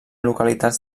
localitats